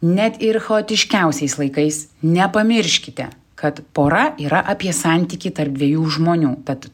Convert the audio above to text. net ir chaotiškiausiais laikais nepamirškite kad pora yra apie santykį tarp dviejų žmonių tad